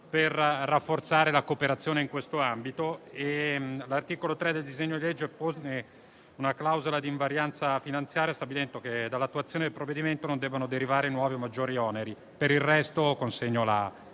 per rafforzare la cooperazione in questo ambito. L'articolo 3 del disegno di legge pone una clausola di invarianza finanziaria, stabilendo che dall'attuazione del provvedimento non devono derivare nuovi o maggiori oneri. Per il resto, chiedo